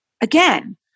Again